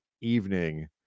evening